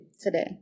today